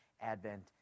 advent